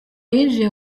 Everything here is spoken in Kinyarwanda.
yinjiye